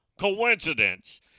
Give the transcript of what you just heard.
coincidence